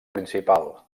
principal